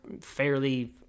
fairly